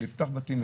לפתוח בתים,